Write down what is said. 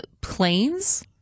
planes